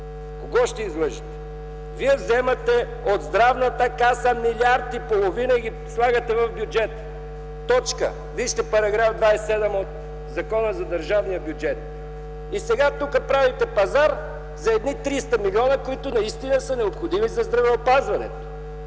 Кого ще излъжете? Вие вземате от Здравната каса милиард и половина и ги слагате в бюджета. Вижте § 27 от Закона за държавния бюджет. И сега тук правите пазар за едни 300 милиона, които наистина са необходими за здравеопазването.